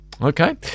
Okay